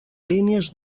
línies